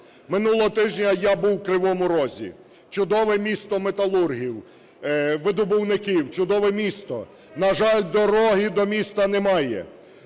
Минулого тижня я був в Кривому Розі - чудове місто металургів, видобувників, чудове місто. На жаль, дороги до міста немає.